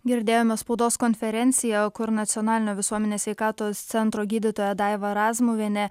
girdėjome spaudos konferenciją kur nacionalinio visuomenės sveikatos centro gydytoja daiva razmuvienė